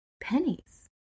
pennies